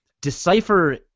Decipher